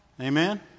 Amen